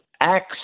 acts